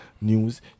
news